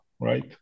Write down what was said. Right